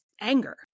anger